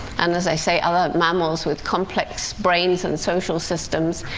and, as i say, other mammals with complex brains and social systems,